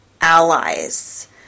allies